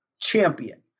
champion